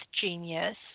genius